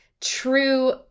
true